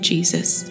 Jesus